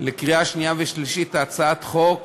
לקריאה שנייה ושלישית את הצעת החוק,